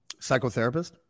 Psychotherapist